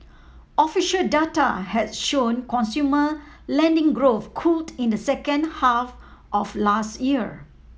official data has shown consumer lending growth cooled in the second half of last year